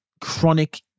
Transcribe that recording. chronic